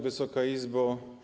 Wysoka Izbo!